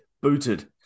booted